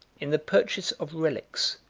in the purchase of relics,